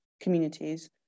communities